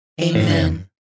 Amen